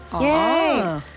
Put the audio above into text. Yay